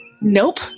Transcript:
nope